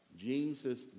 Jesus